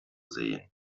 sehen